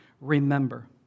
remember